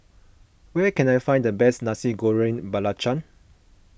where can I find the best Nasi Goreng Belacan